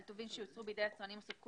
על טובין שיוצרו בידי יצרנים או סופקו